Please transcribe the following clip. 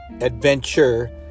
adventure